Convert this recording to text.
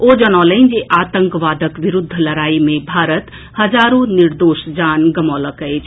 ओ जनौलनि जे आतंकवादक विरूद्ध लड़ाई मे भारत हजारो निर्दोष जान गमौलकि अछि